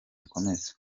ikomeze